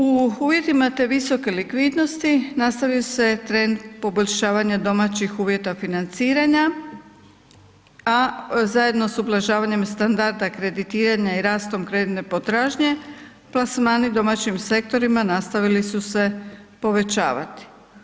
U uvjetima te visoke likvidnosti nastavio se trend poboljšavanja domaćih uvjeta financiranja, a zajedno s ublažavanjem standarda kreditiranja i rastom kreditne potražnje plasmani u domaćim sektorima nastavili su se povećavati.